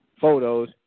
photos